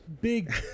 big